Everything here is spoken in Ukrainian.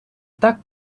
так